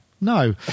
No